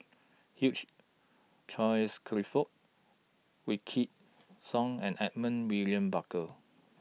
Hugh Charles Clifford Wykidd Song and Edmund William Barker